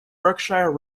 berkshire